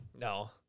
No